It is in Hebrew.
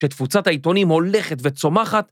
‫שתפוצת העיתונים הולכת וצומחת.